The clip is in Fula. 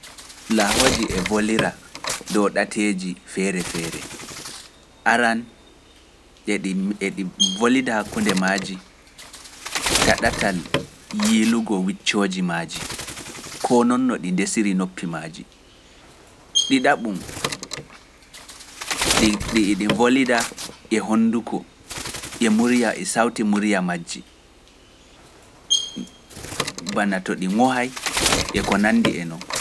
Laahooji e voliraa dow ɗateeji feere feere aran eɗi volida hakkunde maaji taɗatal yiilugo wiccooji maaji, koo noon no ɗi ndesiri noppi. didabun edi volida e honduko e murya e sawti muriya majji bana to ɗi ŋohay e ko nandi e noon.